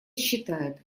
считает